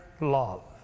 love